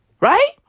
Right